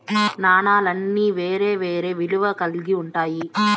నాణాలన్నీ వేరే వేరే విలువలు కల్గి ఉంటాయి